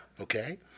okay